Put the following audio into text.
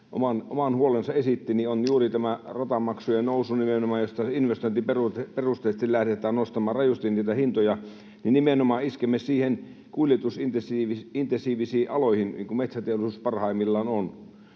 oman huolensa esitti, eli juuri nimenomaan tämä ratamaksujen nousu, josta investointiperusteisesti lähdetään nostamaan rajusti niitä hintoja, ja nimenomaan iskemme niihin kuljetusintensiivisiin aloihin, niin kuin metsäteollisuus parhaimmillaan on.